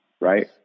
right